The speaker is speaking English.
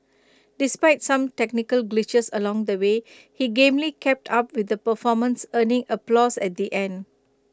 despite some technical glitches along the way he gamely kept up with the performance earning applause at the end